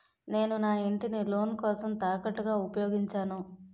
నేను నా ఇంటిని లోన్ కోసం తాకట్టుగా ఉపయోగించాను